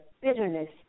bitterness